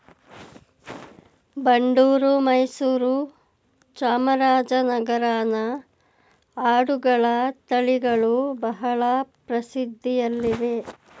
ಬಂಡೂರು, ಮೈಸೂರು, ಚಾಮರಾಜನಗರನ ಆಡುಗಳ ತಳಿಗಳು ಬಹಳ ಪ್ರಸಿದ್ಧಿಯಲ್ಲಿವೆ